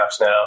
now